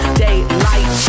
daylight